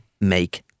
make